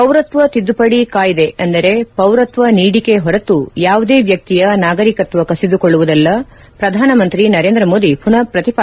ಪೌರತ್ವ ತಿದ್ದುಪಡಿ ಕಾಯ್ದೆ ಅಂದರೆ ಪೌರತ್ವ ನೀಡಿಕೆ ಹೊರತು ಯಾವುದೇ ವ್ಲಕ್ತಿಯ ನಾಗರೀಕತ್ವ ಕಸಿದುಕೊಳ್ಳುವುದಿಲ್ಲ ಪ್ರಧಾನಮಂತ್ರಿ ನರೇಂದ್ರ ಮೋದಿ ಪುನಃ ಪ್ರತಿಪಾದನೆ